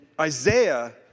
Isaiah